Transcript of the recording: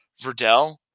Verdell